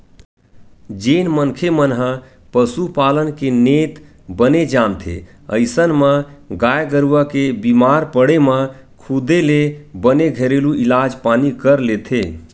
जेन मनखे मन ह पसुपालन के नेत बने जानथे अइसन म गाय गरुवा के बीमार पड़े म खुदे ले बने घरेलू इलाज पानी कर लेथे